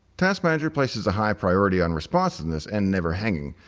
task manager places a high priority on responsiveness and never hanging,